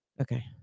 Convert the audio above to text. Okay